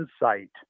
insight